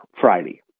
Friday